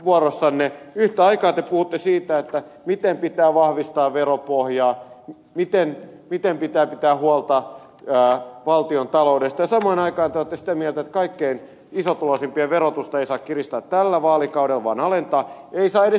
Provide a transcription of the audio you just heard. yhtä aikaa te puhutte siitä miten pitää vahvistaa veropohjaa miten pitää pitää huolta valtiontaloudesta ja samaan aikaan te olette sitä mieltä että kaikkein isotuloisimpien verotusta ei saa kiristää tällä vaalikaudella vaan alentaa ei saa edes seuraavalla